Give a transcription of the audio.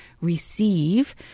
Receive